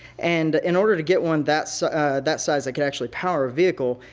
and in order to get one that so that size that could actually power a vehicle,